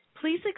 Please